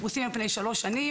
שיהיו פרושים על פני שלוש שנים.